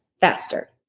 faster